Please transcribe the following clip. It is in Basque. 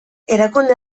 erakunde